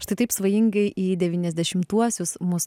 štai taip svajingai į devyniasdešimtuosius mus